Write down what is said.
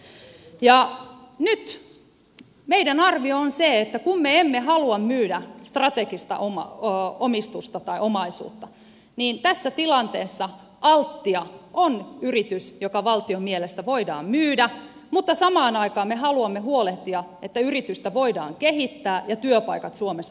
nyt meidän arviomme on se että kun me emme halua myydä strategista omistusta tai omaisuutta niin tässä tilanteessa altia on yritys joka valtion mielestä voidaan myydä mutta samaan aikaan me haluamme huolehtia että yritystä voidaan kehittää ja työpaikat suomessa turvata